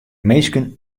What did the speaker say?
minsken